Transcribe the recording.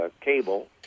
cable